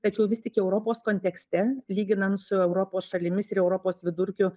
tačiau vis tik europos kontekste lyginant su europos šalimis ir europos vidurkiu